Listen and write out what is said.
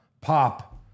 Pop